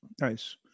Nice